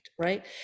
Right